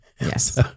Yes